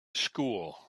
school